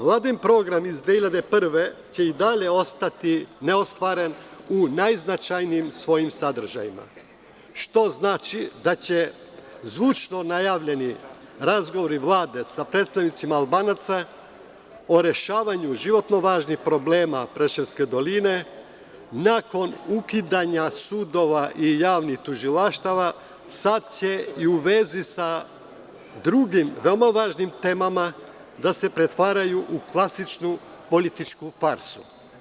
Vladin program iz 2001. godine će i dalje ostati neostvaren u najznačajnijim svojim sadržajima, što znači da će zvučno najavljeni razgovori Vlade sa predstavnicima Albanaca o rešavanju životno važnih problema preševske doline, nakon ukidanja sudova i javnih tužilaštava i u vezi sa drugim veoma važnim temama, da se pretvaraju u klasičnu političku farsu.